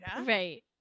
Right